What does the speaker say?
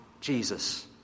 Jesus